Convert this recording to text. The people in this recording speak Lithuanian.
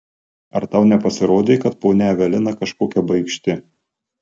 ar tau nepasirodė kad ponia evelina kažkokia baikšti